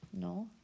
No